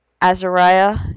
Azariah